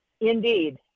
Indeed